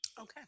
Okay